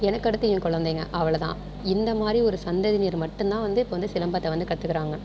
எனக்கு அடுத்து என் குழந்தைங்க அவ்வளோ தான் இந்த மாதிரி ஒரு சந்ததினர் மட்டும் தான் வந்து இப்போ வந்து சிலம்பத்தை வந்து கற்றுக்கிறாங்க